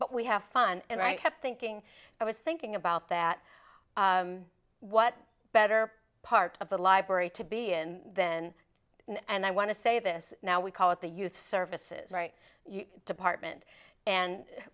but we have fun and i kept thinking i was thinking about that what better part of the library to be and then and i want to say this now we call it the youth services right department and